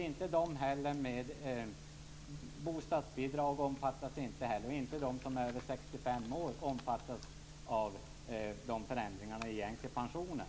Inte heller de med bostadsbidrag och de som är över 65 år omfattas av förändringarna i änkepensionen.